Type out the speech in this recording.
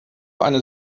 eine